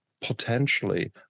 potentially